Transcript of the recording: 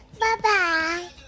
Bye-bye